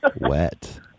Wet